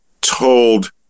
told